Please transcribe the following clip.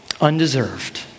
undeserved